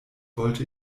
wollte